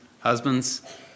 Husbands